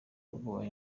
bobi